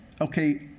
Okay